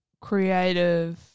creative